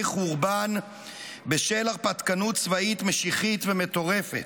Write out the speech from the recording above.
חורבן בשל הרפתקנות צבאית משיחית ומטורפת,